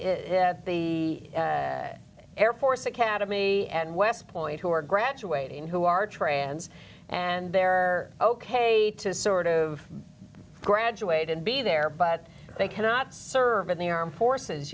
it the air force academy and west point who are graduating who are trans and they're ok to sort of graduate and be there but they cannot serve in the armed forces